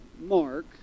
Mark